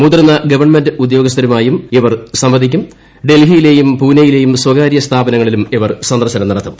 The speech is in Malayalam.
മുതിർന്ന ഗവണ്മെന്റ് ഉദ്യോഗസ്ഥരുമായും ഇവർ സംവദിക്കും ഡൽഹിയിലെയും പൂനെയിലെയും സ്വകാര്യ സ്ഥാപനങ്ങളിലും സന്ദർശനം നടത്തും